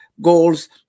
goals